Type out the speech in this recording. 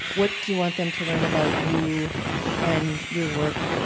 what do you want them to learn about you and your work?